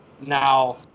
Now